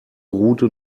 route